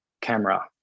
camera